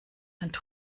sind